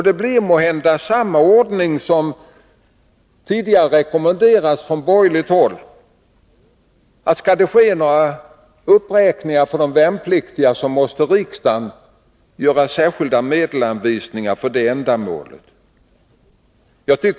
Det blir måhända samma ordning som tidigare rekommenderats från borgerligt håll — om det skall ske några uppräkningar för de värnpliktiga måste riksdagen göra särskilda medelsanvisningar för det ändamålet.